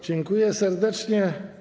Dziękuję serdecznie.